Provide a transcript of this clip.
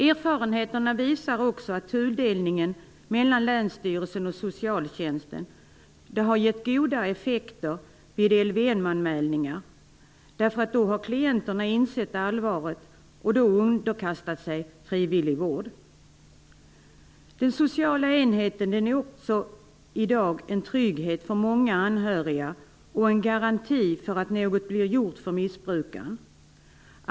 Erfarenheterna visar också att tudelningen mellan länsstyrelsen och socialtjänsten har gett goda effekter vid LVM-anmälningar, eftersom klienterna då har insett allvaret och underkastat sig frivillig vård. Den sociala enheten är i dag också en trygghet för många anhöriga och en garanti för att något blir gjort för missbrukaren.